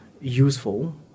useful